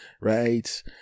Right